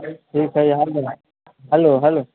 ठीक है यहाँ पर हेलो हेलो